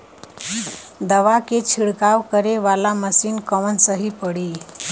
दवा के छिड़काव करे वाला मशीन कवन सही पड़ी?